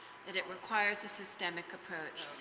that it requires a systemic approach,